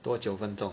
多九分钟